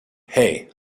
hey